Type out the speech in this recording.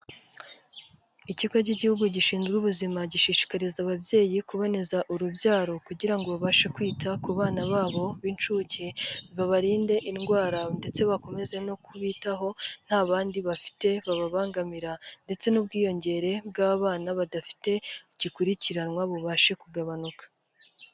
Ikigo cy'igihugu gishinzwe ubuzima gishishikariza ababyeyi kuboneza urubyaro kugira ngo babashe kwita ku bana babo b'incuke, babarinde indwara ndetse bakomeze no kubitaho nta bandi bafite bababangamira ndetse n'ubwiyongere bw'abana badafite gikurikiranwa bubashe kugabanuka.